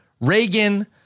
Reagan